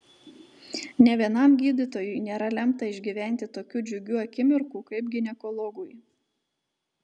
nė vienam gydytojui nėra lemta išgyventi tokių džiugių akimirkų kaip ginekologui